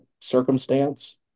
circumstance